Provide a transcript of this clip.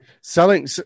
selling